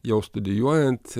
jau studijuojant